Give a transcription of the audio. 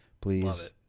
please